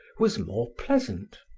was more pleasant.